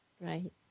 Right